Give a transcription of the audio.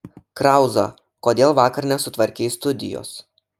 krauza kodėl vakar nesutvarkei studijos